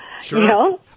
Sure